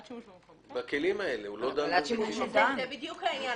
זה בדיוק העניין,